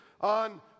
on